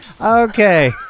Okay